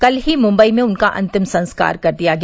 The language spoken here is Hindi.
कल ही मुम्बई में उनका अंतिम संस्कार कर दिया गया